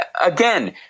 Again